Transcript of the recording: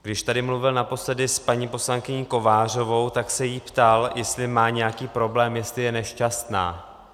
Když tady mluvil naposledy s paní poslankyní Kovářovou, tak se jí ptal, jestli má nějaký problém, jestli je nešťastná.